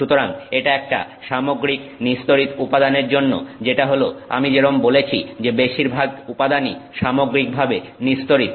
সুতরাং এটা একটা সামগ্রিক নিস্তড়িত উপাদানের জন্য যেটা হলো আমি যেরম বলেছি যে বেশিরভাগ উপাদানই সামগ্রিকভাবে নিস্তড়িত